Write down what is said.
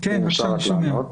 אם אפשר רק לענות,